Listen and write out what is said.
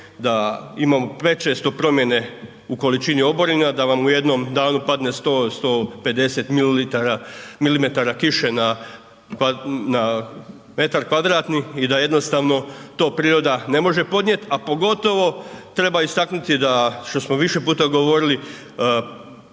da imamo prečesto promjene u količini oborina, da vam u jednom danu padne 100, 150 milimetara kiše na m2 i da jednostavno to priroda ne može podnijeti a pogotovo treba istaknuti da što smo više puta govorili,